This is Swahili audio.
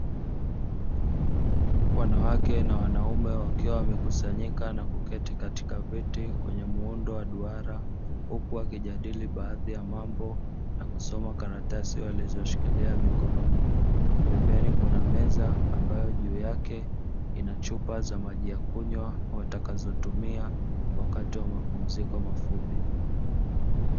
Wanawake na wanaume wakiwa wamekusanyika na kuketi katika viti kwenye muundo wa duara, huku wakijadili baadhi ya mambo na kusoma karatasi ya kushikilia mikononi. Pembeni kuna meza ambayo juu yake inachupa za maji ya kunywa, zitakazotumia wakati wa mapumziko mafupi.